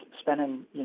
spending